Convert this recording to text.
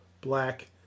black